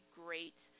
great